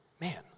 man